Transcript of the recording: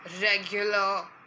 regular